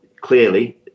clearly